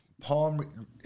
palm